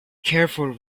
careful